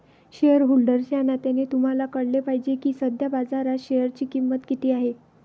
shareholder या नात्याने तुम्हाला कळले पाहिजे की सध्या बाजारात शेअरची किंमत किती आहे